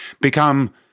become